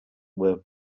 were